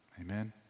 Amen